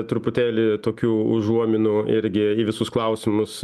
truputėlį tokių užuominų irgi į visus klausimus